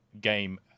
game